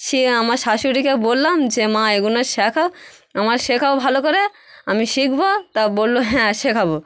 সে আমার শাশুড়িকে বললাম যে মা এগুলো শেখাও আমার শেখাও ভালো করে আমি শিখব তা বলল হ্যাঁ শেখাব